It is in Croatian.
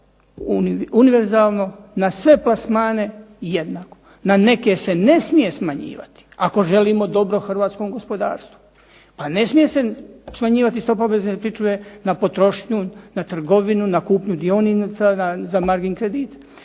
smanjivala univerzalno na sve plasmane jednako. Na neke se ne smije smanjivati ako želimo dobro hrvatskom gospodarstvu. Pa ne smije se smanjivati stopa obvezne pričuve na potrošnju, na trgovinu, na kupnju dionica, za davanje kredita,